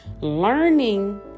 learning